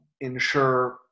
ensure